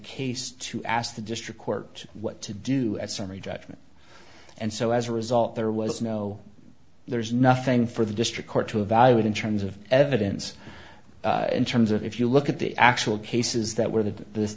case to ask the district court what to do at summary judgment and so as a result there was no there's nothing for the district court to evaluate in terms of evidence in terms of if you look at the actual cases that where the this